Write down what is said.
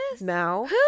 now